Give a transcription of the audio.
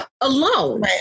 alone